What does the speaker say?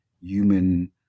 human